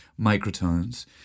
microtones